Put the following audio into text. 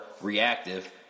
reactive